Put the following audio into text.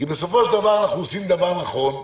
כי בסופו של דבר, אנחנו עושים דבר נכון,